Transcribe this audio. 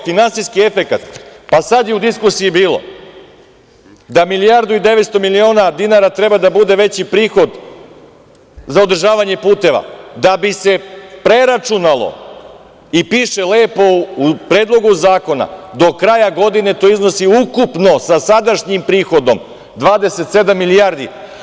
Finansijski efekat, sada je u diskusiji bilo, da milijardu i 900 miliona dinara treba da bude veći prihod za održavanje puteva da bi se preračunalo i piše lepo u Predlogu zakona, do kraja godine to iznosi ukupno sa sadašnjim prihodom 27 milijardi.